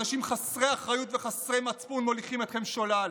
אנשים חסרי אחריות וחסרי מצפון מוליכים אתכם שולל,